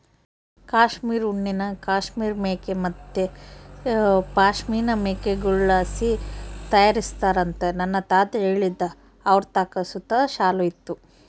ಕಾಶ್ಮೀರ್ ಉಣ್ಣೆನ ಕಾಶ್ಮೀರ್ ಮೇಕೆ ಮತ್ತೆ ಪಶ್ಮಿನಾ ಮೇಕೆಗುಳ್ಳಾಸಿ ತಯಾರಿಸ್ತಾರಂತ ನನ್ನ ತಾತ ಹೇಳ್ತಿದ್ದ ಅವರತಾಕ ಸುತ ಶಾಲು ಇತ್ತು